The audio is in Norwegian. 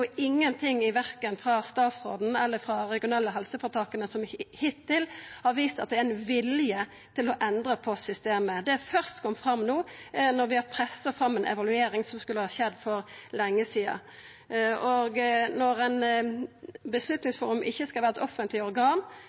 verken frå statsråden eller frå dei regionale helseføretaka som hittil har vist at det er vilje til å endra på systemet. Det er først kome fram no, når vi har pressa fram ei evaluering som skulle ha skjedd for lenge sidan. Når Beslutningsforum ikkje skal vera eit offentleg organ,